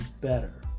better